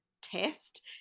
test